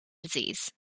disease